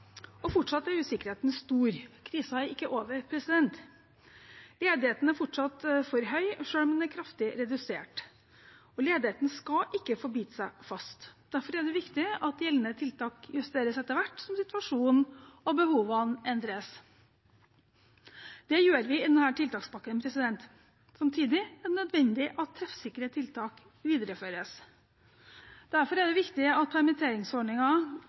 Fortsatt er usikkerheten stor. Krisen er ikke over. Ledigheten er fortsatt for høy, selv om den er kraftig redusert. Ledigheten skal ikke få bite seg fast. Derfor er det viktig at gjeldende tiltak justeres etter hvert som situasjonen og behovene endres. Det gjør vi i denne tiltakspakken. Samtidig er det nødvendig at treffsikre tiltak videreføres. Derfor er det viktig at